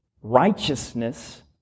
righteousness